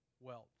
wealth